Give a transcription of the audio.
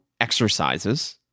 exercises